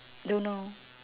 don't know